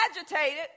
agitated